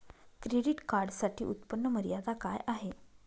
Credit कार्डसाठी उत्त्पन्न मर्यादा काय आहे?